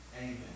Amen